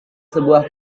sebuah